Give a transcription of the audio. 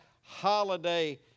holiday